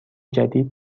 جدید